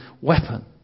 weapon